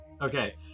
Okay